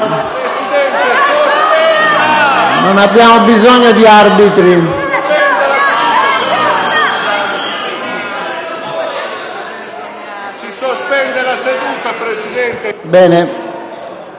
Non abbiamo bisogno di arbitri. VOCI